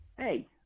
Hey